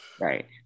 right